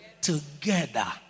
together